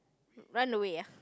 run away